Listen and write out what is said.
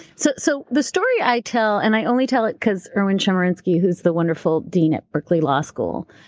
so so the story i tell, and i only tell it because erwin chemerinsky, who's the wonderful dean at berkeley law school,